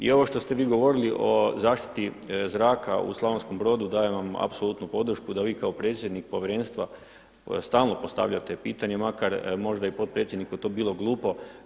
I ovo što ste vi govorili o zaštiti zraka u Slavonskom Brodu dajem vam apsolutnu podršku da vi kao predsjednik povjerenstva stalno postavljate pitanje makar možda i potpredsjedniku to bilo glupo.